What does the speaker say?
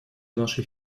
нашей